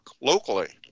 locally